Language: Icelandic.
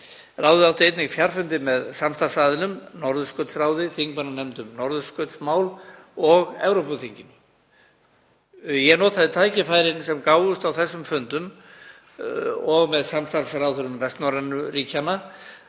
Ráðið átti einnig fjarfundi með samstarfsaðilum; Norðurskautsráði, þingmannanefnd um norðurskautsmál og Evrópuþinginu. Ég notaði tækifæri sem gáfust á þessum fundum og með samstarfsráðherrum vestnorrænu ríkjanna